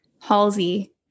Halsey